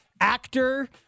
actor